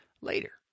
later